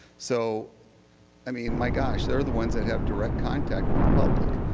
so i mean my gosh, they are the ones that have direct contact with the public.